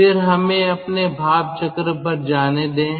फिर हमें अपने भाप चक्र पर जाने दें